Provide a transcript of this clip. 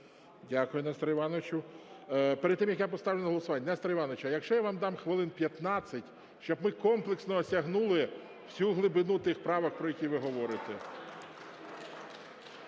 Дякую, Нестор Іванович. Перед тим, як я поставлю на голосування, Нестор Іванович, а якщо я вам дам хвилин 15, щоб ми комплексно осягнули всю глибину тих правок, про які ви говорите?